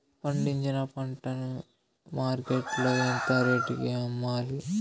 పండించిన పంట ను మార్కెట్ లో ఎంత రేటుకి అమ్మాలి?